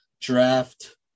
draft